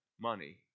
money